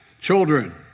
children